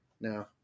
No